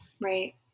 Right